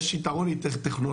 יש למשטרה יתרון טכנולוגי,